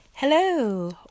Hello